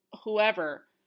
whoever